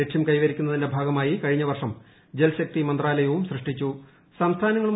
ലക്ഷ്യം കൈവരിക്കുന്നതിന്റെ ഭാഗമായ്ടി കഴിഞ്ഞ വർഷം ജൽശക്തിമന്ത്രാലയവും സൃഷ്ടിച്ചു